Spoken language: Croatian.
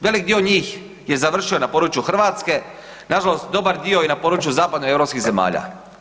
Velik dio njih je završio na području Hrvatske, nažalost, dobar dio i na području zapadnoeuropskih zemalja.